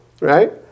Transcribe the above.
Right